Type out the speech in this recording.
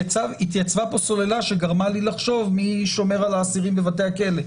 התייצבה פה סוללה שגרמה לי לחשוב מי שומר על האסירים בבתי הכלא,